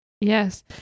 Yes